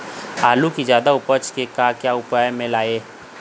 आलू कि जादा उपज के का क्या उपयोग म लाए?